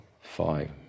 five